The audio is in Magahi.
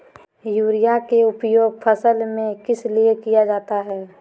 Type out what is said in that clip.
युरिया के उपयोग फसल में किस लिए किया जाता है?